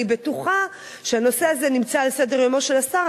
ואני בטוחה שהנושא הזה נמצא על סדר-יומו של השר,